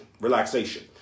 relaxation